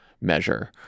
measure